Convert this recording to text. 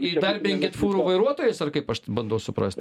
įdarbinkit fūrų vairuotojus ar kaip aš bandau suprasti